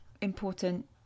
important